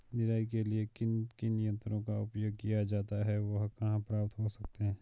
निराई के लिए किन किन यंत्रों का उपयोग किया जाता है वह कहाँ प्राप्त हो सकते हैं?